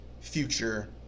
future